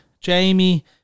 Jamie